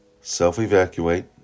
self-evacuate